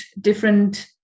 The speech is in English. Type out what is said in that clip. different